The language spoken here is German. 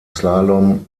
slalom